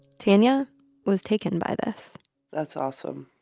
tanya was taken by this that's awesome.